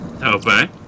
Okay